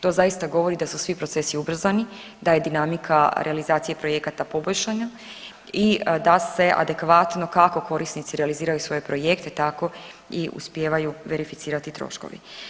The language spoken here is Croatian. To zaista govori da su svi procesi ubrzani, da je dinamika realizacije projekata poboljšana i da se adekvatno kako korisnici realiziraju svoje projekte tako i uspijevaju verificirati troškovi.